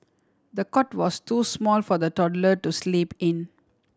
the cot was too small for the toddler to sleep in